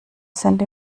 sind